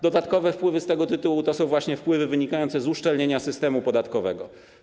Dodatkowe wpływy z tego tytułu to są właśnie wpływy wynikające z uszczelnienia systemu podatkowego.